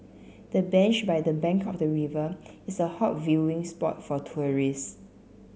the bench by the bank of the river is a hot viewing spot for tourists